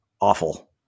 awful